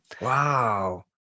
Wow